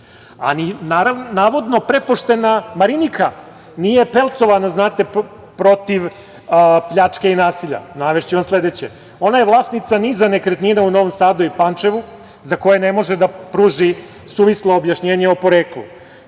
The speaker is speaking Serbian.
navodno, prepoštena Marinika nije pelcovana, znate, protiv pljačke i nasilja. Navešću vam sledeće. Ona je vlasnica niza nekretnina u Novom Sadu i Pančevu za koje ne može da pruži suvislo objašnjenje o poreklu.